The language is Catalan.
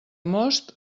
most